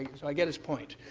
so i get his point.